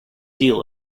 deal